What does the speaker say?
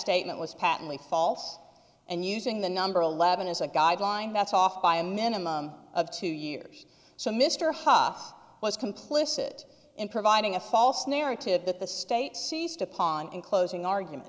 statement was patently false and using the number eleven as a guideline that's off by a minimum of two years so mr haas was complicit in providing a false narrative that the state seized upon in closing argument